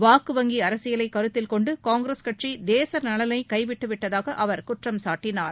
வாக்குவங்கி அரசியலை கருத்தில் கொண்டு காங்கிரஸ் கட்சி தேச நலனை கைவிட்டுவிட்டதாக அவர் குற்றம் சாட்டினார்